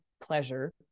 pleasure